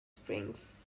springs